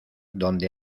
donde